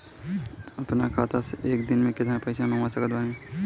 अपना खाता मे एक दिन मे केतना पईसा मँगवा सकत बानी?